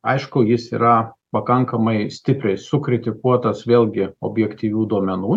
aišku jis yra pakankamai stipriai sukritikuotas vėlgi objektyvių duomenų